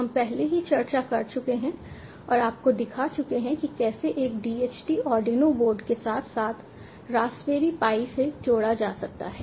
तो हम पहले ही चर्चा कर चुके हैं और आपको दिखा चुके हैं कि कैसे एक DHT आर्डिनो बोर्ड के साथ साथ रास्पबेरी पाई से जोड़ा जा सकता है